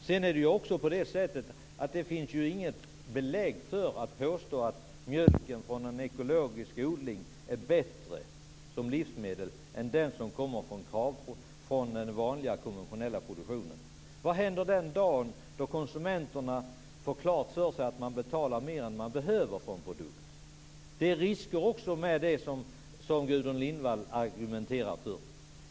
Det är också på det sättet att det inte finns något belägg för att påstå att mjölken från en ekologisk odling är bättre som livsmedel än den som kommer från den vanliga konventionella produktionen. Vad händer den dagen då konsumenterna får klart för sig att de betalar mer än de behöver för en produkt? Det är också risker med det som Gudrun Lindvall argumenterar för.